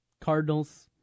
Cardinals